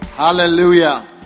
hallelujah